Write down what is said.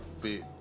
fit